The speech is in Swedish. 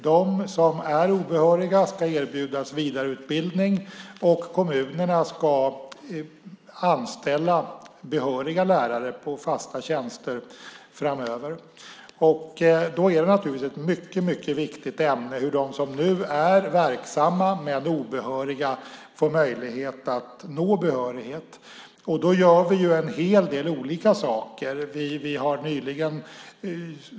De som är obehöriga ska erbjudas vidareutbildning, och kommunerna ska anställa behöriga lärare på fasta tjänster framöver. Då är ett mycket viktigt ämne hur de som nu är verksamma men obehöriga får möjlighet att nå behörighet. Vi gör en hel del olika saker.